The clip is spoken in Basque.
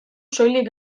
soilik